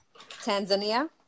tanzania